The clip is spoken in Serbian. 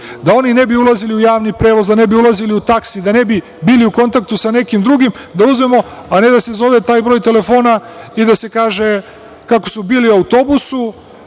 da oni ne bi ulazili u javni prevoz, da ne bi ulazili u taksi, da ne bi bili u kontaktu sa nekim drugim da uzmemo, a ne da se zove taj broj telefona i da se kaže kako su bili u autobusu